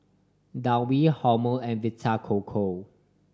Downy Hormel and Vita Coco